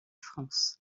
france